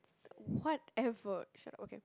whatever shut up okay